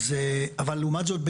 אבל לעומת זאת,